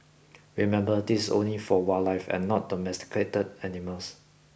remember this is only for wildlife and not domesticated animals